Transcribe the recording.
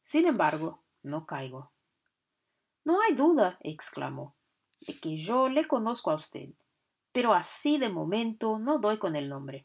sin embargo no caigo no hay duda exclamo de que yo le conozco a usted pero así de momento no doy con el nombre